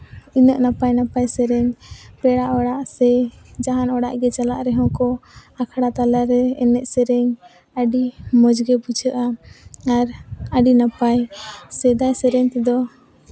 ᱤᱱᱟᱹᱜ ᱱᱟᱯᱟᱭ ᱱᱟᱯᱟᱭ ᱥᱮᱨᱮᱧ ᱯᱮᱲᱟ ᱚᱲᱟᱜ ᱥᱮ ᱡᱟᱦᱟᱱ ᱚᱲᱟᱜ ᱜᱮ ᱪᱟᱞᱟᱜ ᱨᱮᱦᱚᱸ ᱠᱚ ᱟᱠᱷᱲᱟ ᱛᱟᱞᱟᱨᱮ ᱮᱱᱮᱡ ᱥᱮᱨᱮᱧ ᱟᱹᱰᱤ ᱢᱚᱡᱽ ᱜᱮ ᱵᱩᱡᱷᱟᱹᱜᱼᱟ ᱟᱨ ᱟᱹᱰᱤ ᱱᱟᱯᱟᱭ ᱥᱮᱫᱟᱭ ᱥᱮᱨᱮᱧ ᱛᱮᱫᱚ